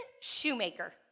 shoemaker